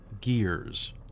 gears